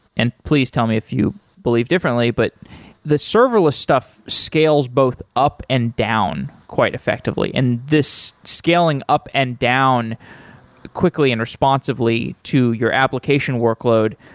and please tell me if you believe differently, but the serverless stuff scales both up and down quite effectively. this scaling up and down quickly and responsively to your application workload,